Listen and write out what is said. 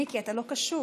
מיקי, אתה לא קשוב.